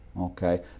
okay